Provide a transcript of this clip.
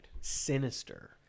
sinister